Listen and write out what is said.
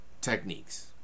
techniques